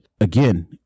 again